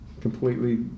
completely